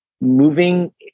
moving